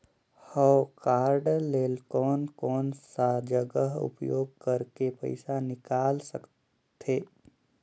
हव कारड ले कोन कोन सा जगह उपयोग करेके पइसा निकाल सकथे?